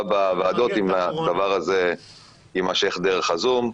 בוועדות אם הדבר הזה יימשך דרך הזום.